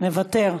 מוותר,